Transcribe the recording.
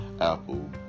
Apple